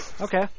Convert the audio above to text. Okay